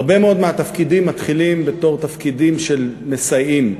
הרבה מאוד מהתפקידים מתחילים בתור תפקידים שמסייעים,